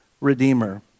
Redeemer